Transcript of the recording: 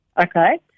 Okay